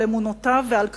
על אמונותיו ועל כספו.